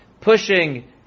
pushing